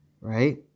right